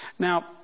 Now